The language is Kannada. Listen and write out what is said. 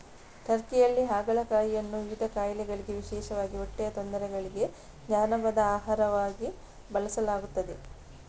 ಟರ್ಕಿಯಲ್ಲಿ ಹಾಗಲಕಾಯಿಯನ್ನು ವಿವಿಧ ಕಾಯಿಲೆಗಳಿಗೆ ವಿಶೇಷವಾಗಿ ಹೊಟ್ಟೆಯ ತೊಂದರೆಗಳಿಗೆ ಜಾನಪದ ಆಹಾರವಾಗಿ ಬಳಸಲಾಗುತ್ತದೆ